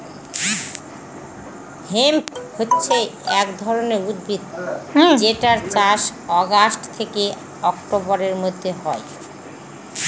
hemp হছে এক ধরনের উদ্ভিদ যেটার চাষ অগাস্ট থেকে অক্টোবরের মধ্যে হয়